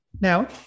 Now